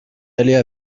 aller